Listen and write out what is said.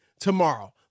tomorrow